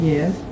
Yes